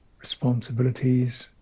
responsibilities